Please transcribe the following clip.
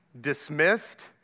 dismissed